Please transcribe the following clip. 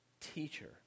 Teacher